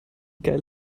geil